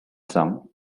sum